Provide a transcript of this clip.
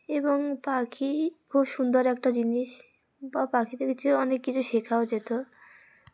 এবং পাখি খুব সুন্দর একটা জিনিস বা পাখিতে কিছু অনেক কিছু শেখাও যেত